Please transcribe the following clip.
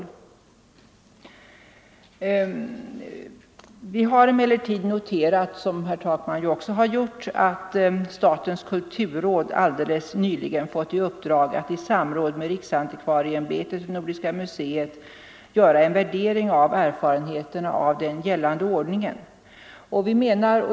Vi har från utskottets sida emellertid noterat, som herr Takman ju också har gjort, att statens kulturråd alldeles nyligen fått i uppdrag att i samråd med riksantikvarieämbetet och Nordiska museet göra en värdering av erfarenheterna av den gällande ordningen.